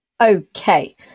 Okay